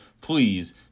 please